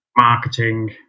marketing